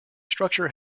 structure